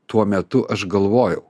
tuo metu aš galvojau